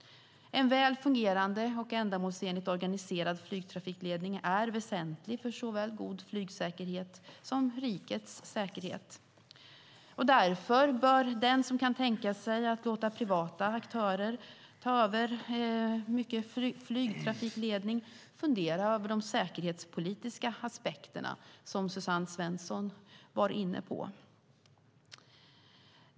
En väl fungerande och ändamålsenligt organiserad flygtrafikledning är väsentlig för såväl god flygsäkerhet som rikets säkerhet. Därför bör den som kan tänka sig att låta privata aktörer ta över mycket flygtrafikledning fundera över de säkerhetspolitiska aspekterna, som Suzanne Svensson var inne på.